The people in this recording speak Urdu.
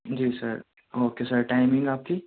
جی سر اوکے سر ٹائمنگ آپ کی